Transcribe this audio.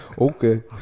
Okay